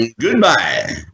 Goodbye